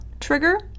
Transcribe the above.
trigger